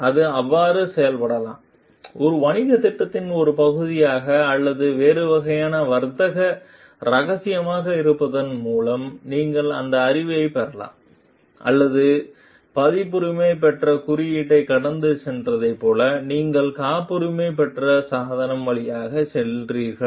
இது அவ்வாறு செய்யப்படலாம் ஒரு வணிகத் திட்டத்தின் ஒரு பகுதியாக அல்லது வேறு வகையான வர்த்தக ரகசியமாக இருப்பதன் மூலம் நீங்கள் அந்த அறிவைப் பெறலாம் அல்லது பதிப்புரிமை பெற்ற குறியீட்டைக் கடந்து சென்றதைப் போல நீங்கள் காப்புரிமை பெற்ற சாதனம் வழியாகச் சென்றிருக்கிறீர்கள்